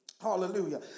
Hallelujah